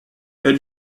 elle